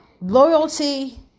Loyalty